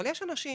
אבל יש אנשים